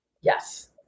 Yes